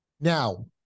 Now